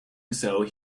doing